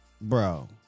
Bro